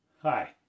Hi